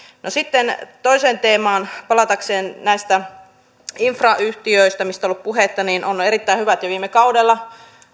no sitten toiseen teemaan palatakseni näistä infrayhtiöistä mistä on ollut puhetta on on erittäin hyvä että jo viime kaudella